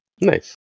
nice